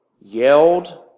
yelled